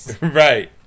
right